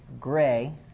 gray